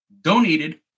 donated